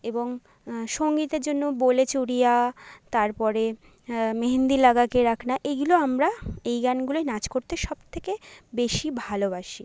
এবং সঙ্গীতের জন্য বোলে চুড়িয়া তারপরে মেহেন্দি লাগাকে রাখনা এগুলো আমরা এই গানগুলোয় নাচ করতে সব থেকে বেশি ভালোবাসি